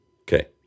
Okay